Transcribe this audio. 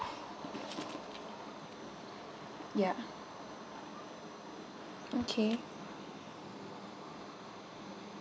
yeah okay